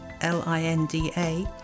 L-I-N-D-A